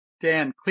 Dan